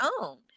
own